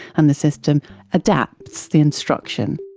and the system adapts the instruction.